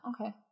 okay